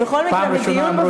פעם ראשונה אמרו את זה על אבא